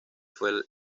fue